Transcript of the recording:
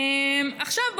עכשיו,